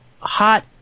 hot